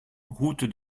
route